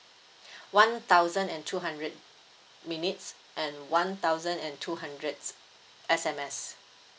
one thousand and two hundred minutes and one thousand and two hundreds S_M_S